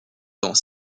dans